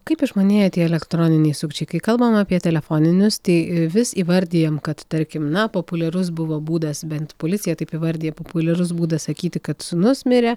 kaip išmanieji tie elektroniniai sukčiai kai kalbam apie telefoninius tai vis įvardijam kad tarkim na populiarus buvo būdas bent policija taip įvardija populiarus būdas sakyti kad sūnus mirė